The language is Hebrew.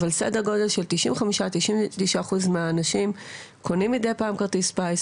אבל בסדר גודל של 99%-95% מהאנשים קונים מידי פעם כרטיס פיס,